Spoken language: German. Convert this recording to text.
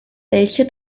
welche